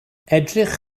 edrych